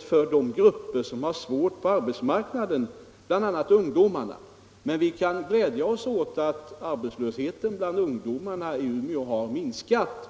för de grupper som har svårt på arbetsmarknaden, bl.a. ungdomar. Men vi kan glädja oss åt att arbetslösheten bland ungdomarna i Umeå har minskat.